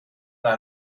una